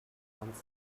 haunts